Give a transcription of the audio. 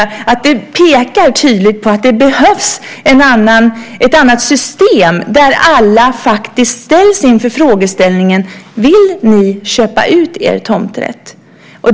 Detta pekar tydligt på att det behövs ett annat system, där alla faktiskt ställs inför frågeställningen: Vill ni köpa ut er tomträtt?